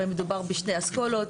הרי מדובר בשתי אסכולות.